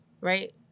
right